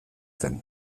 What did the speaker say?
zen